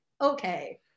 okay